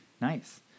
nice